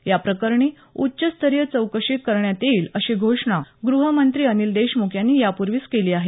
या प्रकरणी उच्च स्तरीय चौकशी करण्यात येईल अशी घोषणा गूहमंत्री अनिल देशमुख यांनी यापुर्वीच केली आहे